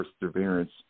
perseverance